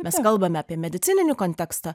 mes kalbame apie medicininį kontekstą